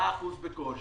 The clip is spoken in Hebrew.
ארבעה אחוז בקושי.